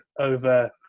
over